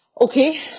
Okay